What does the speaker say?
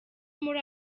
muri